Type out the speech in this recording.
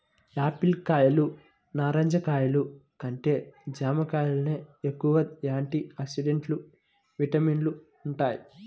Apple కాయలు, నారింజ కాయలు కంటే జాంకాయల్లోనే ఎక్కువ యాంటీ ఆక్సిడెంట్లు, విటమిన్లు వుంటయ్